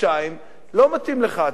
חודשיים שלא מתאים לך,